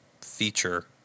feature